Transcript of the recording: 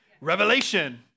Revelation